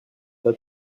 tas